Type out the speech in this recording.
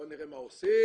בואו נראה מה עושים,